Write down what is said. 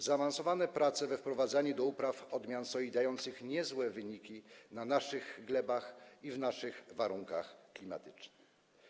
Trwają zaawansowane prace w celu wprowadzania do upraw odmian soi dających niezłe wyniki na naszych glebach i w naszych warunkach klimatycznych.